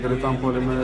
greitam puolime